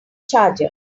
charger